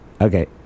okay